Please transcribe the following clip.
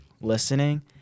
listening